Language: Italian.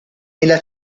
nella